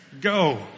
Go